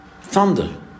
Thunder